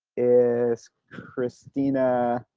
is christina.